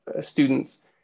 students